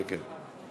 כן, כן.